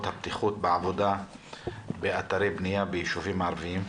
הבטיחות בעבודה באתרי בנייה ביישוביים הערביים.